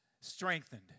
strengthened